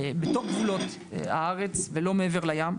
בתוך גבולות הארץ, ולא מעבר לים.